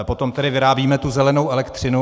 Potom tedy vyrábíme tu zelenou elektřinu.